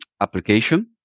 application